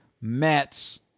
Mets